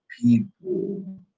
people